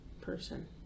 person